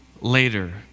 later